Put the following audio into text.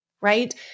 right